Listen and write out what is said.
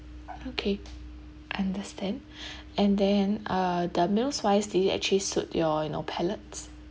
okay understand and then uh the meals wise did it actually suit your you know palates